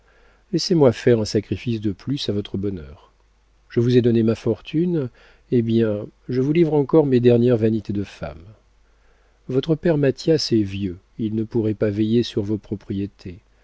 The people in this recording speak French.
laissez-moi faire un sacrifice de plus à votre bonheur je vous ai donné ma fortune eh bien je vous livre encore mes dernières vanités de femme votre père mathias est vieux il ne pourrait pas veiller sur vos propriétés